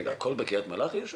כולם יושבים בקריית מלאכי?